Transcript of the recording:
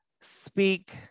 speak